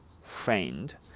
friend